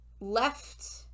left